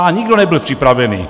Nikdo nebyl připravený!